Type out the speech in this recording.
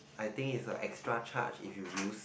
I think is a extra charge if you use